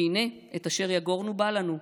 והינה, את אשר יגורנו בא לנו,